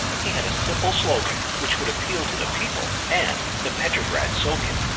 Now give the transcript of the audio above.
he had a simple slogan which would appeal to the people and the petrograd soviet,